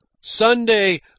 sunday